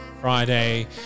Friday